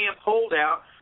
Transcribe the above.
holdout